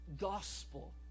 Gospel